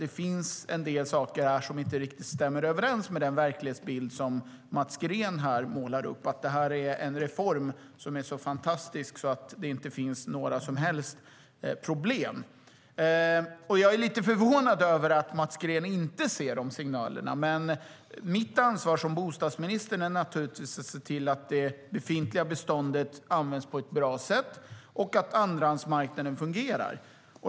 Det finns en del saker som inte riktigt stämmer överens med den verklighetsbild Mats Green målar upp - att reformen är så fantastisk att det inte finns några som helst problem. Jag är lite förvånad över att Mats Green inte ser dessa signaler, men mitt ansvar som bostadsminister är att se till att det befintliga beståndet används på ett bra sätt och att andrahandsmarknaden fungerar.